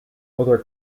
other